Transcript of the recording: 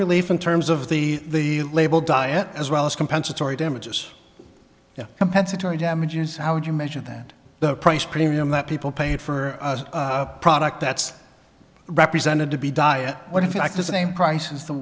relief in terms of the label diet as well as compensatory damages compensatory damages how would you measure that the price premium that people paid for a product that's represented to be diet what if you like the same price as the